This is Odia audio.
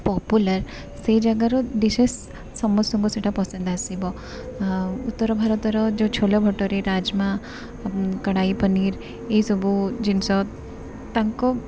ପପୁଲାର୍ ସେଇ ଜାଗାରୁ ଡିସେସ୍ ସମସ୍ତଙ୍କୁ ସେଇଟା ପସନ୍ଦ ଆସିବ ଉତ୍ତର ଭାରତର ଯେଉଁ ଛୋଲେ ଭଟୁରେ ରାଜମା କଡ଼ାଇ ପନୀର ଏଇସବୁ ଜିନିଷ ତାଙ୍କ